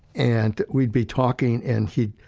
and we'd be talking and he,